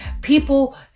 people